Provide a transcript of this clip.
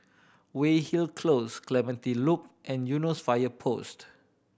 Weyhill Close Clementi Loop and Eunos Fire Post